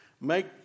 make